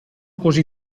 così